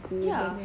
ya